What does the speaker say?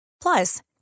Plus